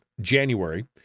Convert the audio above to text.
January